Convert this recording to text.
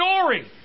story